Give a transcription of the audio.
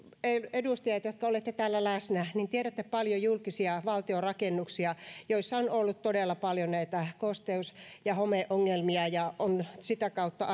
edustajat jotka olette täällä läsnä tiedätte paljon julkisia valtion rakennuksia joissa on ollut todella paljon kosteus ja homeongelmia ja joissa on sitä kautta